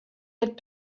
had